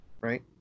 Right